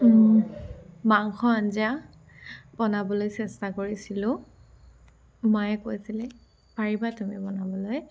মাংস আঞ্জা বনাবলৈ চেষ্টা কাৰিছিলো মায়ে কৈছিলে পাৰিবা তুমি বনাবলৈ